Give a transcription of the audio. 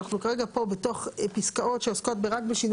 אנחנו כרגע פה בתוך פסקאות שעוסקות רק בשינוי